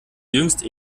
jüngst